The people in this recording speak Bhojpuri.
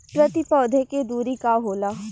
प्रति पौधे के दूरी का होला?